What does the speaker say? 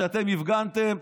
כשאתם הפגנתם,